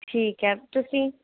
ਠੀਕ ਹੈ ਤੁਸੀਂ